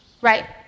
Right